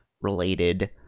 related